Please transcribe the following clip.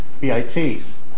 BITs